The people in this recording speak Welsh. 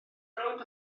rownd